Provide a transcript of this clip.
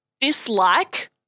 dislike